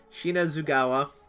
Shinazugawa